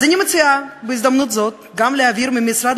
אז אני מציעה בהזדמנות הזאת גם להעביר מהמשרד